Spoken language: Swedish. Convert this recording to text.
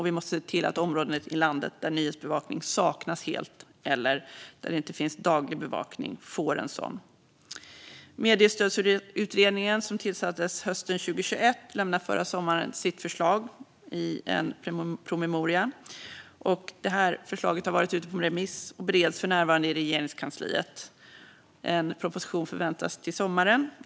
Vi måste se till att områden i landet där nyhetsbevakning saknas helt eller där det inte finns daglig bevakning får detta. Mediestödsutredningen, som tillsattes hösten 2021, lämnade förra sommaren sitt förslag i en promemoria. Förslaget har varit ute på remiss och bereds för närvarande i Regeringskansliet. En proposition förväntas till sommaren.